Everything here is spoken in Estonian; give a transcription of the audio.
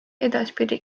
edaspidi